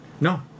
No